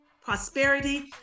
prosperity